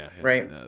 Right